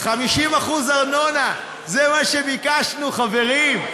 50% ארנונה, זה מה שביקשנו, חברים.